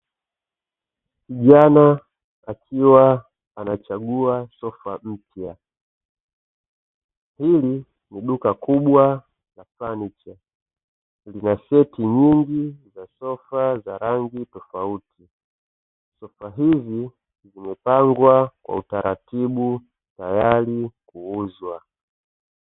Kijana akiwa anachagua sofa mpya. Hili ni duka kubwa la fanicha lina seti nyingi za sofa za rangi tofauti, sofa hizi zimepangwa kwa utaratibu tayari kuuzwa.